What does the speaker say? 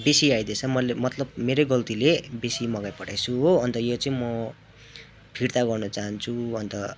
बेसी आइदिएछ मैले मतलब मेरै गल्तीले बेसी मगाइ पठाएछु हो अन्त यो चाहिँ म फिर्ता गर्न चहान्छु अन्त